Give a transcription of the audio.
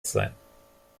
sein